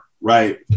right